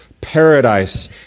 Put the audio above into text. Paradise